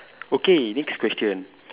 okay next question